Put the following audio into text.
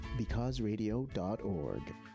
becauseradio.org